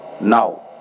now